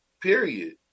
Period